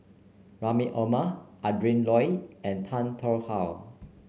Rahim Omar Adrin Loi and Tan Tarn How